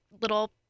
little